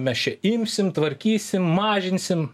mes čia imsim tvarkysim mažinsim